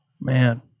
Man